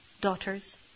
daughters